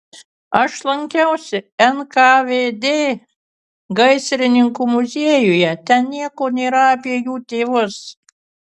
aš lankiausi nkvd gaisrininkų muziejuje ten nieko nėra apie jų tėvus